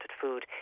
food